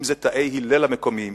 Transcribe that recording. אם זה תאי "הלל" המקומיים,